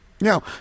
Now